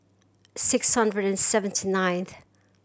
six hundred seventy ninth